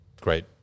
great